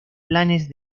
planes